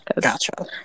Gotcha